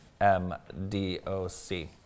MDOC